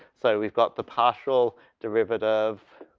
so, we've got the partial derivative